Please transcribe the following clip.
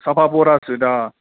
سافا پوٗراہَس سۭتۍ